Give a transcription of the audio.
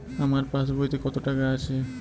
আমার পাসবইতে কত টাকা আছে?